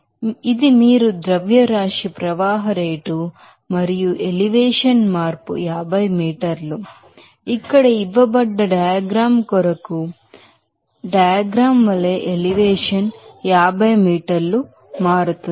కాబట్టి ఇది మీరు మాస్ ఫ్లో రేట్ మరియు ఎలివేషన్ మార్పు 50 మీటర్లు ఇక్కడ ఇవ్వబడ్డ డయాగ్రమ్ కొరకు ఇవ్వబడ్డ డయాగ్రమ్ వలే ఎలివేషన్ 50 మీటర్లు మారుతుంది